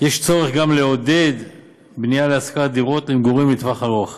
יש צורך גם לעודד בנייה להשכרת דירות למגורים לטווח ארוך.